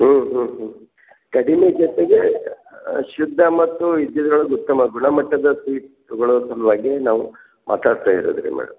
ಹ್ಞೂ ಹ್ಞೂ ಹ್ಞೂ ಕಡಿಮೆ ಜೊತೆಗೆ ಶುದ್ಧ ಮತ್ತು ಇದ್ದಿದ್ದರೊಳಗೆ ಉತ್ತಮ ಗುಣಮಟ್ಟದ ಸ್ವೀಟ್ ತಗೊಳ್ಳೊ ಸಲುವಾಗಿ ನಾವು ಮಾತಾಡ್ತಾಯಿರೋದು ರೀ ಮೇಡಮ್